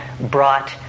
brought